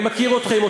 אני מכיר אתכם,